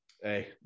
Hey